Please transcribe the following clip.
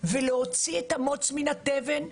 ולהוציא את המוץ מן התבן,